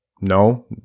No